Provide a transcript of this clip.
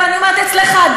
ואני אומרת: אצלך,